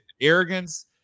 arrogance